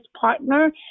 partner